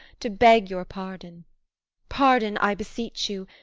to beg your pardon pardon, i beseech you!